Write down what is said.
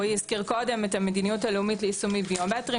רועי הזכיר קודם את המדיניות הלאומית ליישומיים ביומטריים